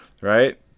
right